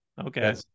Okay